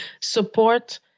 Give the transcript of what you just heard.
support